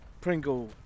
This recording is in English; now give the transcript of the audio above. Pringle